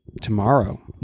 tomorrow